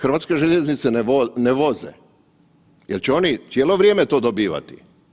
Hrvatske željeznice ne voze, jel će oni cijelo vrijeme to dobivati?